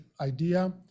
idea